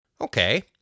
okay